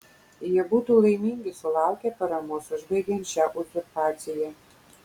jie būtų laimingi sulaukę paramos užbaigiant šią uzurpaciją